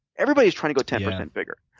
everybody's trying to go ten percent bigger.